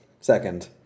Second